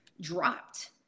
dropped